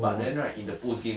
T_B_H I think he quite fun